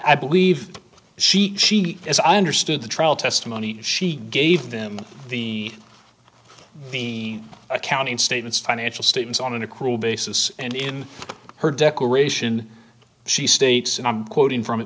i believe she she as i understood the trial testimony she gave them the the accounting statements financial statements on an accrual basis and in her declaration she states and i'm quoting from